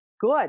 Good